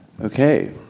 okay